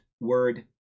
word